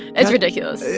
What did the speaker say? it's ridiculous.